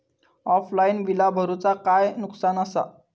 Offline बिला भरूचा काय नुकसान आसा?